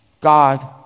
God